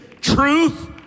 Truth